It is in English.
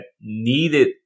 needed